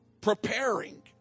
preparing